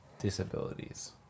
disabilities